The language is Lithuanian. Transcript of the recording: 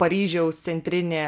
paryžiaus centrinė